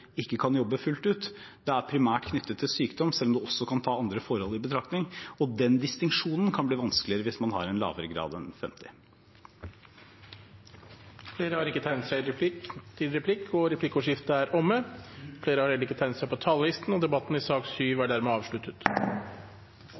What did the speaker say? ikke kan jobbe fullt ut. Det er primært knyttet til sykdom, selv om man også kan ta andre forhold i betraktning. Den distinksjonen kan bli vanskeligere hvis man har en lavere grad enn 50 pst. Replikkordskiftet er omme. Flere har ikke bedt om ordet til sak nr. 7. Etter ønske fra komiteen vil presidenten ordne debatten slik: 3 minutter til hver partigruppe og